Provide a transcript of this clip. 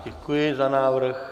Děkuji za návrh.